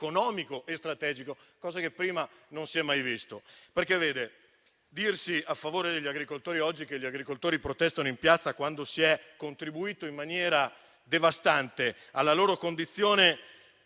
economico e strategico, cosa che prima non si era mai vista. Dirsi a favore degli agricoltori oggi che gli agricoltori protestano in piazza, quando si è contribuito in maniera devastante alla loro condizione,